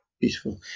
Beautiful